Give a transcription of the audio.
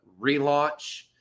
relaunch